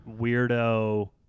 weirdo